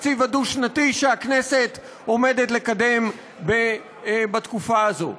התקציב הדו-שנתי שהכנסת עומדת לקדם בתקופה הזו.